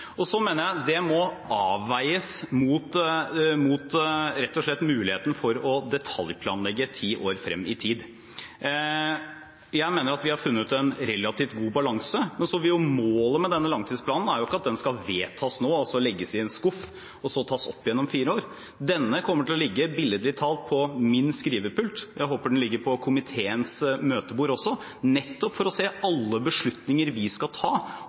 og så tas opp igjen om fire år. Denne kommer til å ligge, billedlig talt, på min skrivepult – jeg håper den ligger på komiteens møtebord også – nettopp for å se alle beslutninger vi skal ta